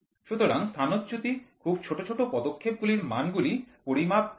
সুতরাং স্থানচ্যুতিও খুব ছোট পদক্ষেপে গুলির মান গুলি পরিমাপযোগ্য হবেনা